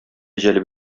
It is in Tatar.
җәлеп